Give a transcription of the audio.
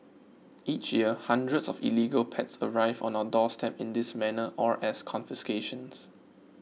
each year hundreds of illegal pets arrive on our doorstep in this manner or as confiscations